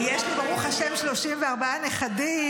יש לי, ברוך השם, 34 נכדים.